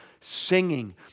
singing